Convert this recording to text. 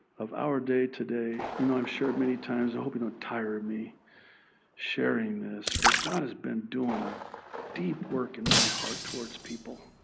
of our day today? you know i've shared many times i hope you don't tire of me sharing this, but god has been doing a deep work in my heart towards people.